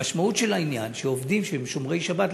המשמעות של העניין היא שעובדים שהם שומרי שבת,